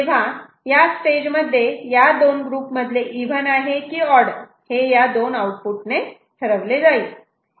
तेव्हा या स्टेजमध्ये या दोन ग्रुप मधले इव्हन आहे की ऑडहे या दोन आउटपुटणे ठरवले जाईल